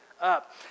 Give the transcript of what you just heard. up